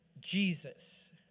Jesus